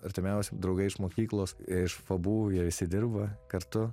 artimiausi draugai iš mokyklos iš fabų jie visi dirba kartu